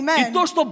amen